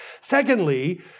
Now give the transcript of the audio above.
Secondly